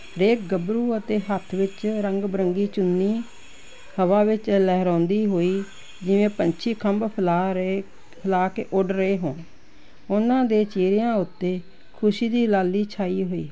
ਹਰੇਕ ਗੱਭਰੂ ਅਤੇ ਹੱਥ ਵਿੱਚ ਰੰਗ ਬਰੰਗੀ ਚੁੰਨੀ ਹਵਾ ਵਿੱਚ ਲਹਿਰਾਉਂਦੀ ਹੋਈ ਜਿਵੇਂ ਪੰਛੀ ਖੰਭ ਫੈਲਾ ਰਹੇ ਫੈਲਾ ਕੇ ਉੱਡ ਰਹੇ ਹੋਣ ਉਹਨਾਂ ਦੇ ਚਿਹਰਿਆਂ ਉੱਤੇ ਖੁਸ਼ੀ ਦੀ ਲਾਲੀ ਛਾਈ ਹੋਈ ਹੈ